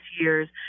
years